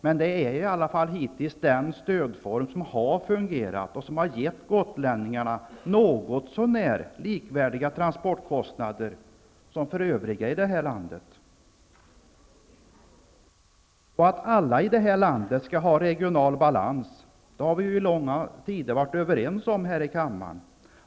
Men det är den stödform som har fungerat och gett gotlänningarna något så när likvärdiga transportkostnader som för övriga i Sverige. Att det i detta land skall vara regional balans har vi i långa tider varit överens om här i kammaren.